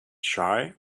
shy